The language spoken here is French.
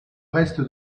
reste